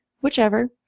whichever